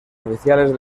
oficiales